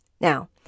Now